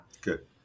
Good